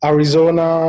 Arizona